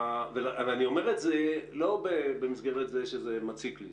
ואני אומר את זה לא במסגרת זה שזה מציק לי.